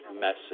message